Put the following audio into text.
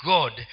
God